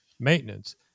maintenance